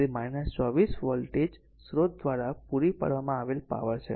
તેથી 24 વોલ્ટેજ સ્રોત દ્વારા પૂરી પાડવામાં આવેલ પાવર છે